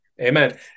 Amen